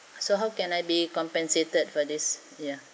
so how can I be compensated for this ya